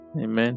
amen